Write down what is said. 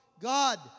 God